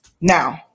Now